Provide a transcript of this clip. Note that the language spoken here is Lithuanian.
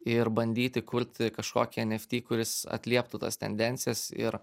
ir bandyti kurti kažkokią eft kuris atlieptų tas tendencijas ir